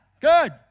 Good